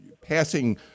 passing